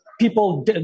People